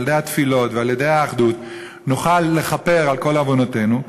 על-ידי התפילות ועל-ידי האחדות נוכל לכפר על כל עוונותינו.